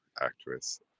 actress